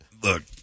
Look